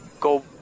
go